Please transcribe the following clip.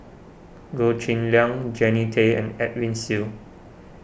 Goh Cheng Liang Jannie Tay and Edwin Siew